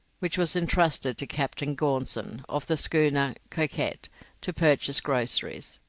which was entrusted to captain gaunson of the schooner coquette to purchase groceries.